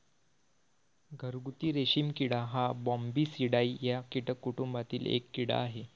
घरगुती रेशीम किडा हा बॉम्बीसिडाई या कीटक कुटुंबातील एक कीड़ा आहे